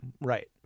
Right